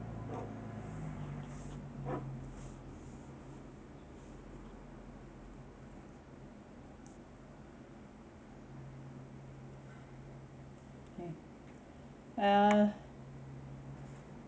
K uh